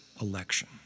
election